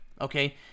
okay